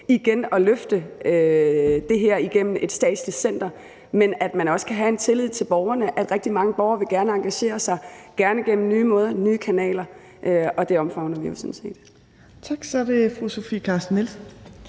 igen, og løfte det her igennem et statsligt center, men at man også kan have en tillid til borgerne; at rigtig mange borgere gerne vil engagere sig, gerne gennem nye måder, nye kanaler. Og det omfavner vi jo sådan set. Kl. 16:25 Tredje næstformand